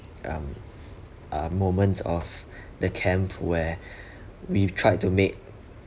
um uh moments of the camp where we've tried to make